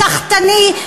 סחטני,